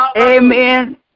Amen